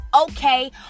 okay